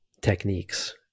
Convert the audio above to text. techniques